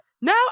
now